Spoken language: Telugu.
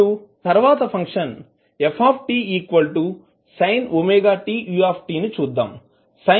ఇప్పుడు తర్వాత function f sin ωt u ని చూద్దాం